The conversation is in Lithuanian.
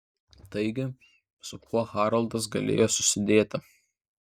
taigi su kuo haroldas galėjo susidėti